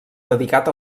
dedicat